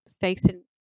facing